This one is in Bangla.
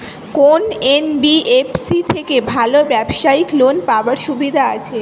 কোন এন.বি.এফ.সি থেকে ভালো ব্যবসায়িক লোন পাওয়ার সুবিধা আছে?